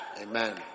Amen